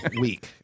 week